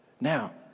Now